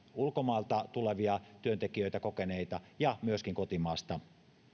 ulkomailta tulevia kokeneita työntekijöitä ja myöskin kotimaasta